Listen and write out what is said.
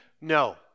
No